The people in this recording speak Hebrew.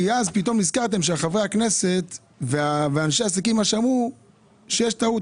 כי אז פתאום נזכרתם שחברי הכנסת ואנשי העסקים אמרו שיש טעות.